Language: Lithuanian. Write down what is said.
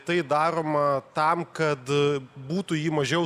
tai daroma tam kad būtų ji mažiau